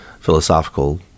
philosophical